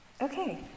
Okay